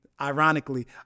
ironically